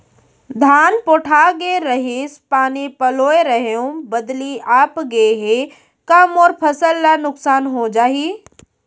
धान पोठागे रहीस, पानी पलोय रहेंव, बदली आप गे हे, का मोर फसल ल नुकसान हो जाही?